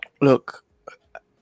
look